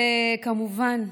וכמובן,